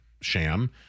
sham